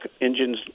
engines